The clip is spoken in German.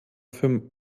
für